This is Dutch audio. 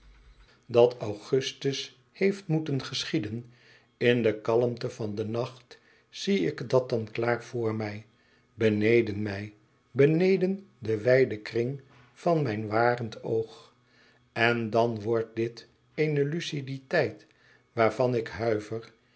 dat augustus heeft moeten geschieden in de kalmte van den nacht zie ik dat dan klaar voor mij beneden mij beneden den wijden kring van mijn warend oog en dan wordt dit eene luciditeit waarvan ik huiver